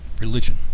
religion